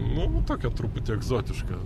nu tokia truputį egzotiška